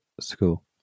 school